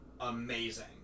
amazing